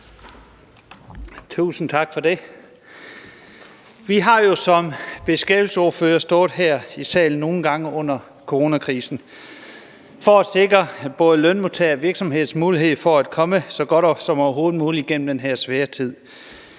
Tusind tak for det. Vi har jo som beskæftigelsesordførere stået her i salen nogle gange under coronakrisen for at sikre både lønmodtageres og virksomheders mulighed for at komme så godt som overhovedet muligt gennem den her svære tid.